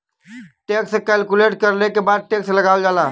tax calculate करले के बाद टैक्स लगावल जाला